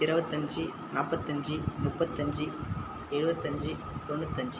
இருவத்தஞ்சு நாப்பத்தஞ்சு முப்பத்தஞ்சு எழுவத்தஞ்சு தொண்ணுத்தஞ்சு